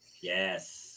Yes